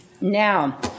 Now